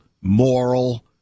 moral